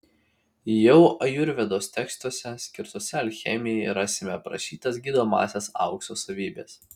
jau ajurvedos tekstuose skirtuose alchemijai rasime aprašytas gydomąsias aukso savybes